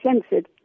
censored